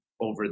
over